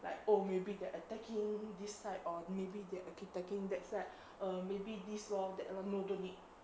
like oh maybe they're attacking this side or maybe they're attacking that side err maybe this lor that no don't need